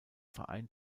verein